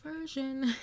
version